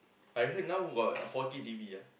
I heard now got uh four K T_V ah